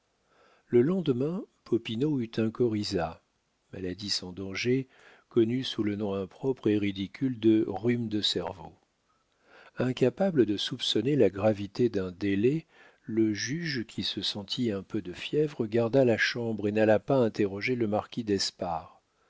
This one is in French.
le lendemain popinot eut un coryza maladie sans danger connue sous le nom impropre et ridicule de rhume de cerveau incapable de soupçonner la gravité d'un délai le juge qui se sentit un peu de fièvre garda la chambre et n'alla pas interroger le marquis d'espard